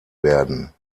werden